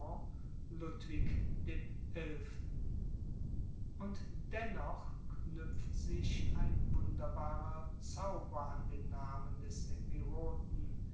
ludwig dem elften und dennoch knuepft sich ein wunderbarer zauber an den namen des epiroten